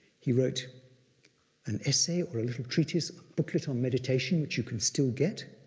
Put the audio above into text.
he wrote an essay or a little treatise booklet on meditation, which you can still get.